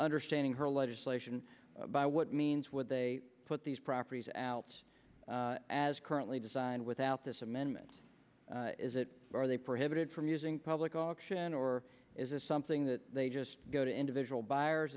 understanding her legislation by what means would they put these properties out as currently designed without this amendment is it or are they prohibited from using public option or is this something that they just go to individual